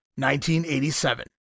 1987